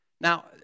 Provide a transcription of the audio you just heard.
Now